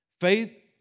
Faith